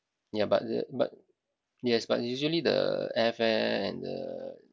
ya but the but yes but usually the airfare and the